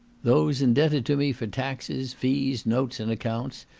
those indebted to me for taxes, fees, notes, and accounts,